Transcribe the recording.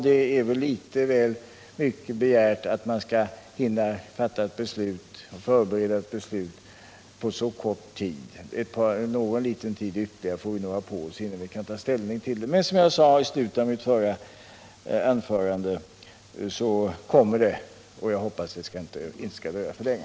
Det är väl mycket begärt att man skall hinna förbereda ett beslut på så kort tid. Någon tid ytterligare får vi nog ha på oss innan vi kan ta ställning. Men, som jag sade i slutet av mitt förra anförande, beslut kommer. Jag hoppas att det inte skall dröja för länge.